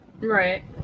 right